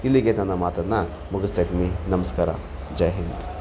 ಇಲ್ಲಿಗೆ ನನ್ನ ಮಾತನ್ನು ಮುಗಿಸ್ತಾ ಇದ್ದೀನಿ ನಮಸ್ಕಾರ ಜೈ ಹಿಂದ್